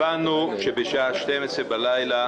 המצב הוא כזה: הבנו שבשעה 24:00 בלילה,